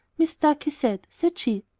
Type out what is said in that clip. mis starkey said, said she,